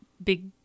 big